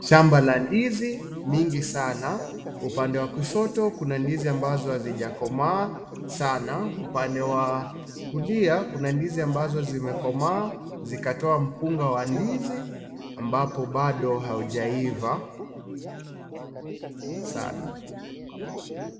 Shamba la ndizi, mingi sana, upande wa kushoto kuna ndizi ambazo hazijakomaa sana, upande wa kulia kuna ndizi ambazo zimekomaa zikatoa mkunga wa ndizi ambapo bado haujaiva sana.